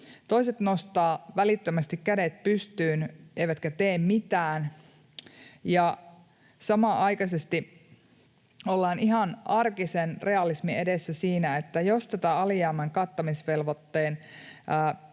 toiset nostavat välittömästi kädet pystyyn eivätkä tee mitään... Samanaikaisesti ollaan ihan arkisen realismin edessä siinä, että jos tätä alijäämän kattamisvelvoitteen